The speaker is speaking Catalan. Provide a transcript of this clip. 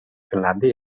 finlàndia